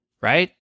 right